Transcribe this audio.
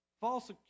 false